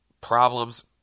problems